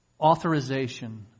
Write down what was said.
authorization